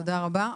תודה רבה.